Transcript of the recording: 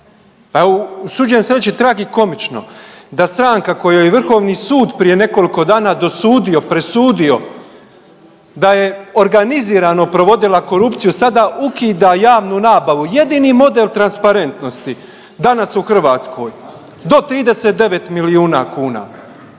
a usuđujem se reći tragikomično da stranka kojoj je Vrhovni sud prije nekoliko dana dosudio, presudio da je organizirano provodila korupciju, sada ukida javnu nabavu, jedini model transparentnosti danas u Hrvatskoj do 39 milijuna kuna.